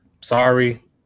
Sorry